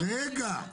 רגע, תרגיעו,